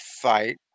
fight